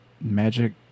Magic